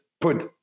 put